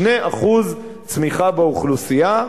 2% צמיחה באוכלוסייה.